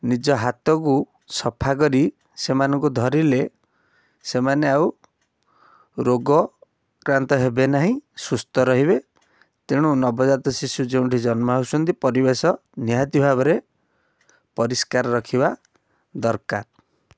ନିଜ ହାତକୁ ସଫା କରି ସେମାନଙ୍କୁ ଧରିଲେ ସେମାନେ ଆଉ ରୋଗକ୍ରାନ୍ତ ହେବେ ନାହିଁ ସୁସ୍ଥ ରହିବେ ତେଣୁ ନବଜାତ ଶିଶୁ ଯେଉଁଠି ହେଉଛନ୍ତି ପରିବେଶ ନିହାତି ଭାବରେ ପରିଷ୍କାର ରଖିବା ଦରକାର